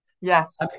yes